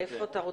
איפה אתה רוצה?